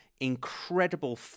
incredible